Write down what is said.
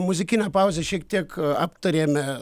muzikinę pauzę šiek tiek aptarėme